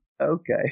Okay